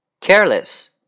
Careless